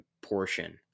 portion